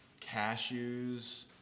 cashews